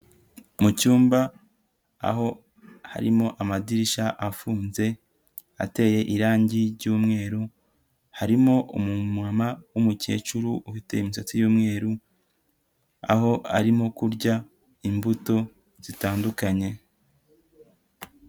Mu cyumba aho harimo amadirishya afunze ateye irangi ry'umweru, harimo umu mama w'umukecuru ufite imisatsi y'umweru. Aho arimo kurya imbuto zitandukanye.